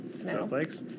snowflakes